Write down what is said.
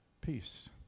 Peace